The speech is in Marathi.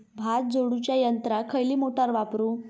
भात झोडूच्या यंत्राक खयली मोटार वापरू?